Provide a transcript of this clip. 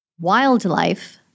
wildlife